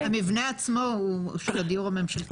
המבנה עצמו הוא של הדיור הממשלתי.